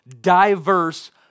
diverse